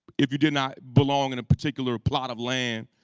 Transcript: if you did not belong in a particular plot of land.